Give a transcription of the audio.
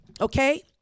okay